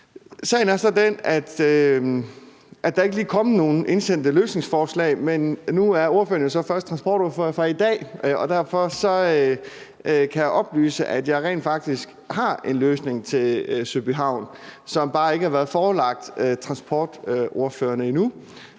Sagen er så den, at der ikke lige er kommet nogle indsendte løsningsforslag, men nu er ordføreren jo så først transportordfører fra i dag, og derfor kan jeg oplyse, at jeg rent faktisk har en løsning til Søby Havn, som bare endnu ikke er blevet forelagt transportordførerne, men